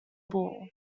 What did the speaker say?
ball